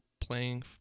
playing